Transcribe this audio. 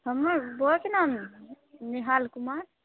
हमरा बौआके नाम निहाल कुमार